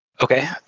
okay